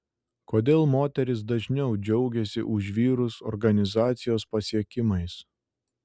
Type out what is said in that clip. kodėl moterys dažniau džiaugiasi už vyrus organizacijos pasiekimais